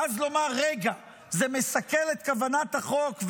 ואז לומר: רגע זה מסכל אתת כוונת החוק,